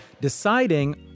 deciding